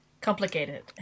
Complicated